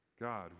God